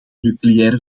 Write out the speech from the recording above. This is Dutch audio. nucleaire